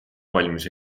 valmis